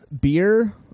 beer